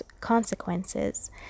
consequences